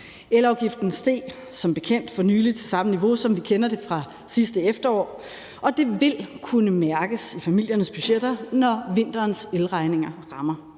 Elafgiften steg som bekendt for nylig til samme niveau, som vi kender det fra sidste efterår, og det vil kunne mærkes i familiernes budgetter, når vinterens elregninger rammer.